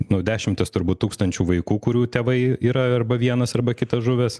nu dešimtis turbūt tūkstančių vaikų kurių tėvai yra arba vienas arba kitas žuvęs